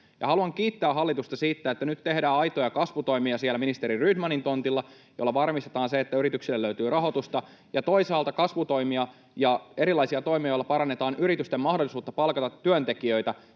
Haluan kiittää hallitusta siitä, että nyt tehdään aitoja kasvutoimia siellä ministeri Rydmanin tontilla, joilla varmistetaan se, että yrityksille löytyy rahoitusta, ja toisaalta kasvutoimia ja erilaisia toimia, joilla parannetaan yritysten mahdollisuutta palkata työntekijöitä,